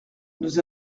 nous